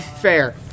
Fair